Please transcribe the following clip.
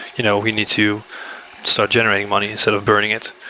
you know we need to start generating money, instead of burning it.